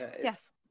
Yes